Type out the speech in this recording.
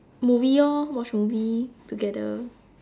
movie orh watch movie together